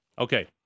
Okay